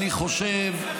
אני חושב,